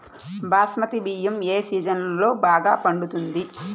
బాస్మతి బియ్యం ఏ సీజన్లో బాగా పండుతుంది?